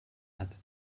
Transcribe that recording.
hat